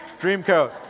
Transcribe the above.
dreamcoat